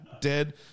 dead